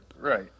Right